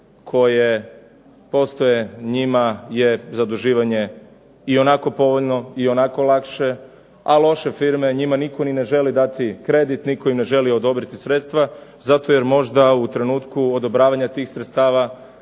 koje postoje njima je zaduživanje i onako povoljno i onako lakše, a loše firme njima nitko ne želi dati kredit, nitko im ne želi odobriti sredstva, zato jer možda u tom trenutku odobravanju tih sredstava